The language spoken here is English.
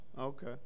Okay